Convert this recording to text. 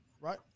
right